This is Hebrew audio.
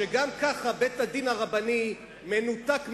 שגם ככה בית-הדין הרבני מנותק מהציבור.